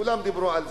כולם דיברו על זה,